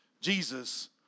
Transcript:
Jesus